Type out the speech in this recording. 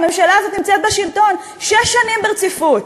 הממשלה הזאת נמצאת בשלטון שש שנים ברציפות,